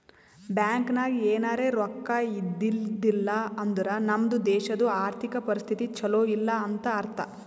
bank ನಾಗ್ ಎನಾರೇ ರೊಕ್ಕಾ ಇದ್ದಿದ್ದಿಲ್ಲ ಅಂದುರ್ ನಮ್ದು ದೇಶದು ಆರ್ಥಿಕ್ ಪರಿಸ್ಥಿತಿ ಛಲೋ ಇಲ್ಲ ಅಂತ ಅರ್ಥ